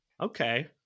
okay